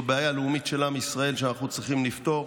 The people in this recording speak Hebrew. זו בעיה לאומית של עם ישראל שאנחנו צריכים לפתור.